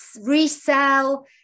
resell